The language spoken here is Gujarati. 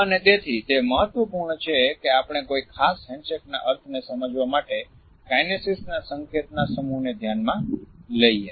અને તેથી તે મહત્વપૂર્ણ છે કે આપણે કોઈ ખાસ હેન્ડશેકના અર્થને સમજવા માટે કાઈનેસિક્સ ના સંકેતના સમૂહને ધ્યાનમા લઈએ